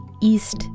East